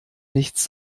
nichts